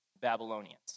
Babylonians